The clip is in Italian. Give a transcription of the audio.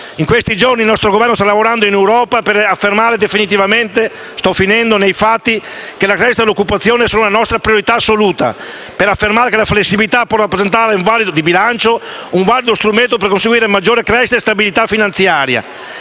In questi giorni, il nostro Governo sta lavorando in Europa per affermare definitivamente nei fatti che la crescita e l'occupazione sono la nostra priorità assoluta e che la flessibilità di bilancio può rappresentare un valido strumento per conseguire maggiore crescita e stabilità finanziaria.